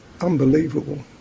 unbelievable